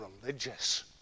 religious